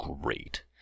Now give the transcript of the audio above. great